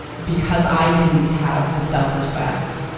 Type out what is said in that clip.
because i didn't have the self-respect,